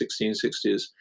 1660s